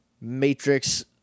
matrix